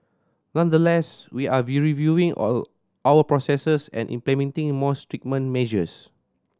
nonetheless we are reviewing all our processes and implementing more stringent measures